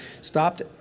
stopped